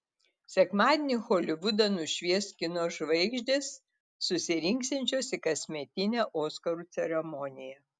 sekmadienį holivudą nušvies kino žvaigždės susirinksiančios į kasmetinę oskarų ceremoniją